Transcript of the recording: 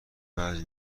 وجه